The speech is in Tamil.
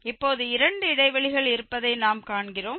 இப்போது இரண்டு இடைவெளிகள் இருப்பதை நாம் காண்கிறோம்